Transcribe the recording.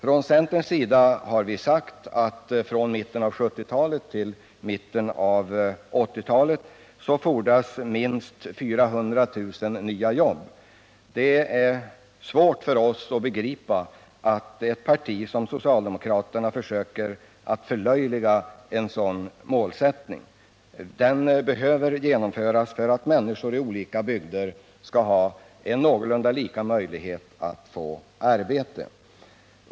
Från centerns sida har vi sagt att från mitten av 1970-talet till mitten av 1980-talet fordras minst 400000 nya jobb. Det är svårt för oss att begripa att socialdemokraterna försöker förlöjliga en sådan målsättning. Den behöver genomföras för att människor i olika bygder skall ha en någorlunda lika möjlighet att få arbete.